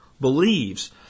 believes